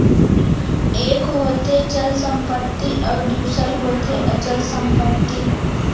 एक होथे चल संपत्ति अउ दूसर होथे अचल संपत्ति